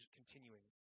continuing